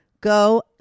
go